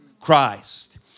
Christ